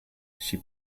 she